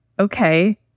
Okay